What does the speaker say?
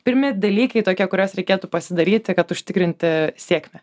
pirmi dalykai tokie kuriuos reikėtų pasidaryti kad užtikrinti sėkmę